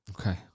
Okay